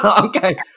okay